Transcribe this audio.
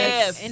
Yes